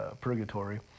purgatory